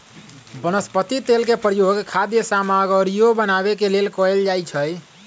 वनस्पति तेल के प्रयोग खाद्य सामगरियो बनावे के लेल कैल जाई छई